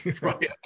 Right